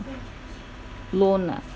loan ah